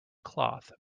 cloth